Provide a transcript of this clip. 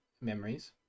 memories